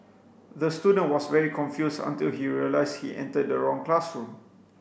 the student was very confused until he realised he entered the wrong classroom